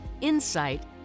insight